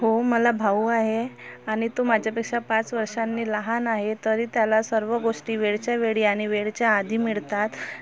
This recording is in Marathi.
हो मला भाऊ आहे आणि तो माझ्यापेक्षा पाच वर्षांनी लहान आहे तरी त्याला सर्व गोष्टी वेळच्यावेळी आणि वेळेच्या आधी मिळतात